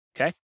Okay